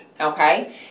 okay